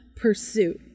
pursuit